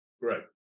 Great